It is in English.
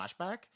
flashback